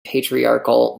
patriarchal